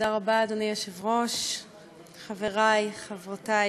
אדוני היושב-ראש, תודה רבה, חברי, חברותי,